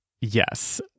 yes